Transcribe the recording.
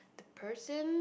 person